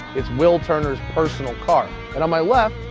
it's will turner's personal car. and on my left,